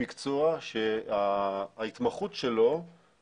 לא צריך לנקוט בגישה קיצונית ודורסנית מידי.